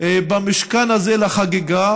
במשכן הזה לחגיגה,